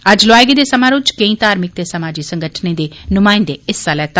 अज्ज लोआए गेदे समारोह च केई धार्मिक ते समाजी संगठनें दे नुमाइंदें हिस्सा लैता